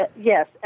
yes